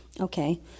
okay